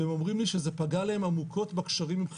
והם אומרים לי שזה פגע להם עמוקות בקשרים עם חברים,